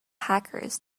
hackers